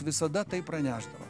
visada taip pranešdavo